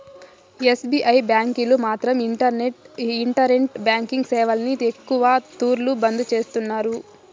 SBI బ్యాంకీలు మాత్రం internet banking సేవల్ని ఎక్కవ తూర్లు బంద్ చేస్తున్నారు